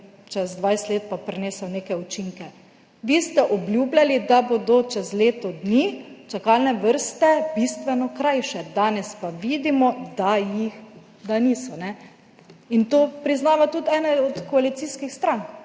čez 20 let pa prinesel neke učinke. Vi ste obljubljali, da bodo čez leto dni čakalne vrste bistveno krajše, danes pa vidimo, da niso. To priznava tudi ena od koalicijskih strank,